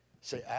Say